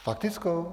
S faktickou?